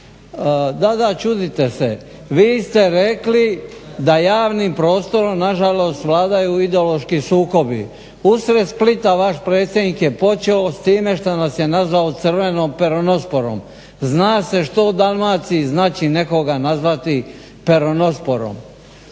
da, da, čudite se. Vi ste rekli da javnim prostorom na žalost vladaju ideološki sukobi. Usred Splita vaš predsjednik je počeo s time što nas je nazvao crvenom peronosporom. Zna se što u Dalmaciji znači nekoga nazvati peronosporom.